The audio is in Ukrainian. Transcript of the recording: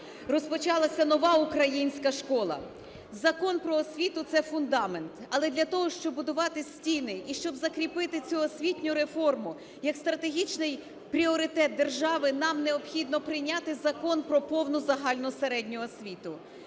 Розпочалася "Нова українська школа". Закон "Про освіту" – це фундамент. Але для того, щоб будувати стіни і щоб закріпити цю освітню реформу як стратегічний пріоритет держави, нам необхідно прийняти Закон про повну загальну середню освіту